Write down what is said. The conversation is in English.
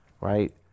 right